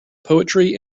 poetry